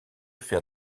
faire